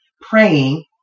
praying